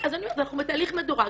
אנחנו בתהליך מדורג.